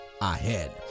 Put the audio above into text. ahead